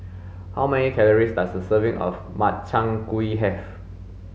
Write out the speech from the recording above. how many calories does a serving of Makchang gui have